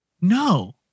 No